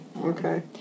Okay